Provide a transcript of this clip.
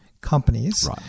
companies